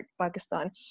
Pakistan